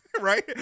right